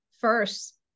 first